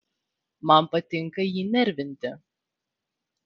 man patinka jį nervinti